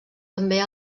també